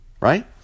right